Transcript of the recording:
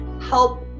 help